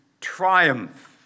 triumph